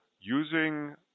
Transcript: using